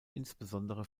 insbesondere